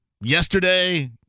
yesterday